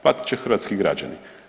Platit će hrvatski građani.